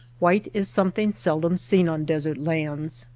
white is something seldom seen on desert lands,